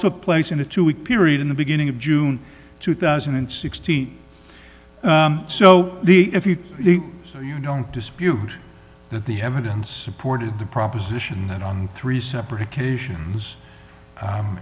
took place in a two week period in the beginning of june two thousand and sixteen so the if you so you don't dispute that the evidence supported the proposition that on three separate occasions